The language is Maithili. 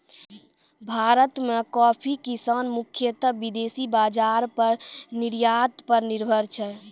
भारत मॅ कॉफी किसान मुख्यतः विदेशी बाजार पर निर्यात पर निर्भर छै